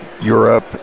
Europe